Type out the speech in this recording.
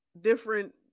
different